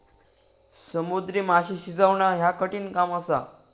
समुद्री माशे शिजवणा ह्या कठिण काम असा